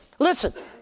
Listen